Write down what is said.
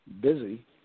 busy